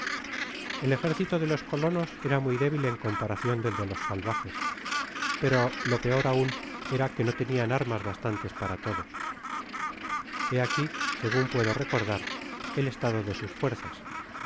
el ejército de los colonos era muy débil en comparacion del de los salvajes pero lo peor aun era qfle no tenian armas bastantes para todos hé aqui segun puedo recordar el estado de sus fuerzas